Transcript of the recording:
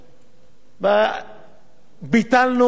וביטלנו את נושא הקופה הציבורית.